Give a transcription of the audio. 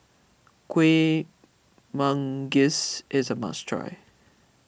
Kuih Manggis is a must try